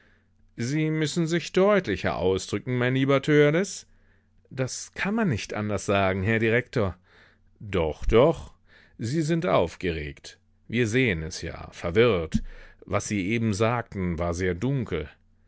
sie müssen sich deutlicher ausdrücken mein lieber törleß das kann man nicht anders sagen herr direktor doch doch sie sind aufgeregt wir sehen es ja verwirrt was sie eben sagten war sehr dunkel